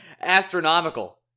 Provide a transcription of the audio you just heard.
astronomical